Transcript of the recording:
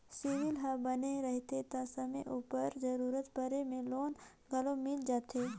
CIBIL हर बने रहथे ता समे उपर जरूरत परे में लोन घलो मिल जाथे